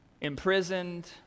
imprisoned